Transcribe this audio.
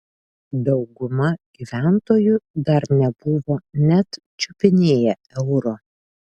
dauguma gyventojų dar nebuvo net čiupinėję euro